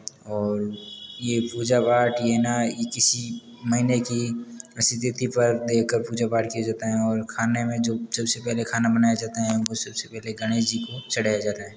और ये पूजा पाठ यह है ना किसी महीने की पर दे कर पूजा पाठ किया जाता है और खाने में जो सब से पहले खाना बनाया जाता है उन को सब से पहले गणेश जी को चढ़ाया जाता है